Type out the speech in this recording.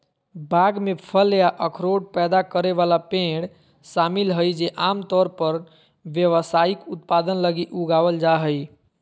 बाग में फल या अखरोट पैदा करे वाला पेड़ शामिल हइ जे आमतौर पर व्यावसायिक उत्पादन लगी उगावल जा हइ